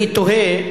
אני תוהה,